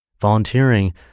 Volunteering